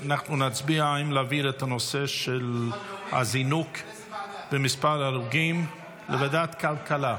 אנחנו נצביע אם להעביר את הנושא של הזינוק במספר ההרוגים לוועדת הכלכלה.